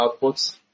outputs